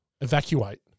evacuate